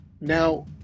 Now